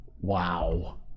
wow